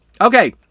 Okay